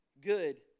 good